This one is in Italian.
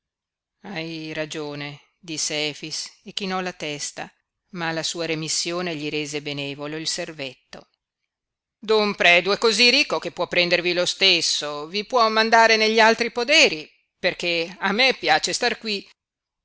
hai ragione disse efix e chinò la testa ma la sua remissione gli rese benevolo il servetto don predu è cosí ricco che può prendervi lo stesso vi può mandare negli altri poderi perché a me piace star qui